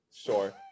Sure